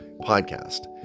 podcast